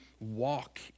Walk